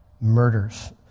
murders